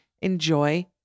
Enjoy